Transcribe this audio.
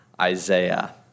Isaiah